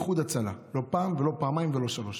איחוד הצלה, לא פעם ולא פעמיים ולא שלוש.